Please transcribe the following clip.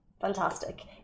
fantastic